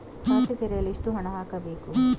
ಖಾತೆ ತೆರೆಯಲು ಎಷ್ಟು ಹಣ ಹಾಕಬೇಕು?